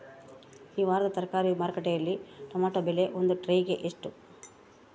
ಈ ವಾರದ ತರಕಾರಿ ಮಾರುಕಟ್ಟೆಯಲ್ಲಿ ಟೊಮೆಟೊ ಬೆಲೆ ಒಂದು ಟ್ರೈ ಗೆ ಎಷ್ಟು?